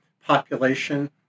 population